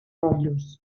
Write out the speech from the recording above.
rotllos